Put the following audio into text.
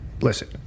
listen